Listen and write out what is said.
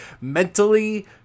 mentally